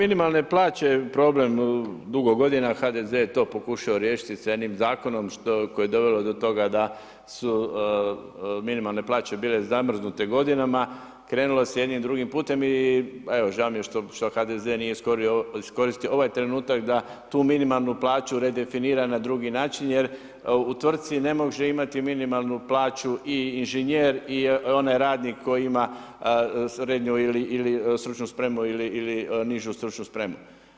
Problem minimalne plaće je problem dugo godina, HDZ je to pokuša riješiti s jednim zakonom, koje je dovelo do toga da su minimalne plaće biti zamrznute godinama, krenulo se jednim drugim putem i žao mi je što HDZ nije iskoristio ovaj trenutak da tu minimalnu plaću redefinira na drugi način, jer u tvrci ne može imati minimalnu plaću i inženjer i onaj radnik, koji ima srednju ili stručnu spremu ili nižu stručnu spremu.